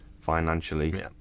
financially